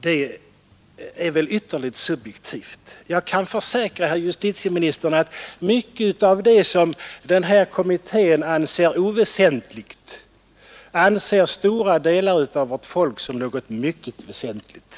Det är ju ytterligt subjektivt. Jag kan försäkra justitieministern att mycket av det som kommittén anser oväsentligt, det anser stora delar av vårt folk som något mycket väsentligt.